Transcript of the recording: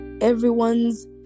everyone's